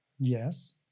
yes